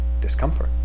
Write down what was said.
discomfort